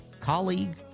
Colleague